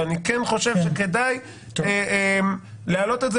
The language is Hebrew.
אבל אני כן חושב שכדאי להעלות את זה